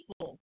people